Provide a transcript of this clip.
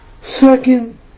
Second